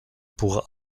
pour